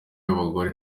y’abagore